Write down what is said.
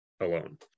alone